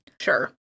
Sure